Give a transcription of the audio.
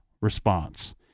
response